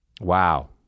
Wow